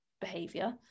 behavior